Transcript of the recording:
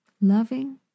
loving